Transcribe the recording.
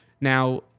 now